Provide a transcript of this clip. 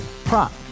prop